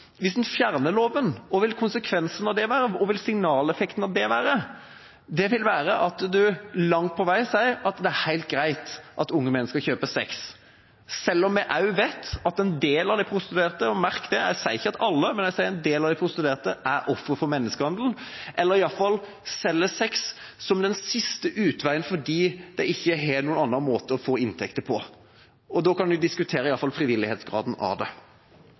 Hvis en fjerner loven, hva vil konsekvensen av det være? Hva vil signaleffekten av det være? Det vil være at en langt på vei sier at det er helt greit at unge menn kjøper sex, selv om vi vet at en del av de prostituerte – og merk det, jeg sier ikke alle, men jeg sier en del – er ofre for menneskehandel, eller iallfall selger sex som siste utvei, fordi de ikke har noen annen måte å få inntekter på. Da kan vi iallfall diskutere frivillighetsgraden av det. Jeg ser tida går, men jeg har lyst til bare igjen å vise til det